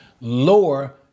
lower